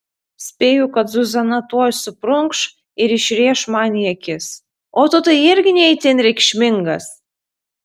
spėju kad zuzana tuoj suprunkš ir išrėš man į akis o tu tai irgi ne itin reikšmingas